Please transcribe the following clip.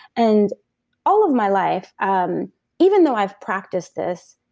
and all of my life um even though i've practiced this,